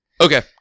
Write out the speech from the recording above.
Okay